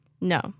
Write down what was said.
No